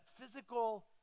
physical